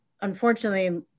unfortunately